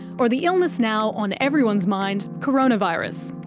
or the illness now on everyone's mind coronavirus.